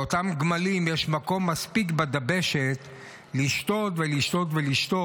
לאותם הגמלים, יש מספיק מקום בדבשת לשתות ולשתות.